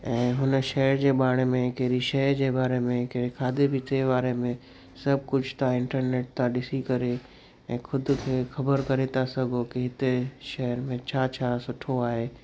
ऐं हुन शेहर जे बारे में कहिड़ी शइ जे बारे में कहिड़े खाधे पीते जे बारे में सभु कुझु तव्हां इंटरनेट तव्हां ॾिसी करे ऐं खुदि ख़बर करे था सघो की हिते शेहर में छा छा सुठो आहे